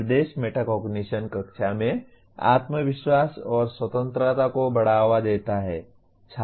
निर्देश मेटाकॉग्निशन कक्षा में आत्मविश्वास और स्वतंत्रता को बढ़ावा देता है